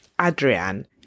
Adrian